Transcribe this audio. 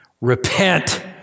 Repent